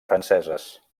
franceses